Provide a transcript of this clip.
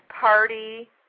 party